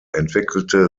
entwickelte